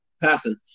passing